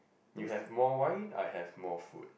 you have more wine I have more food